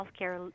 healthcare